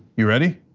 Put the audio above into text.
you ready?